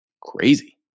crazy